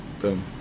Boom